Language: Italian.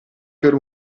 per